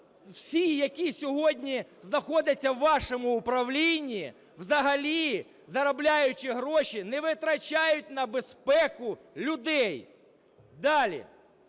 всі, які сьогодні знаходяться в вашому управлінні, взагалі заробляючи гроші, не витрачають на безпеку людей. Далі.